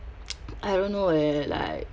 I don't know eh like